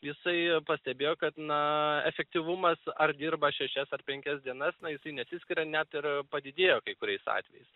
jisai pastebėjo kad na efektyvumas ar dirba šešias ar penkias dienas na jisai nesiskiria net ir padidėjo kai kuriais atvejais